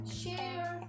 share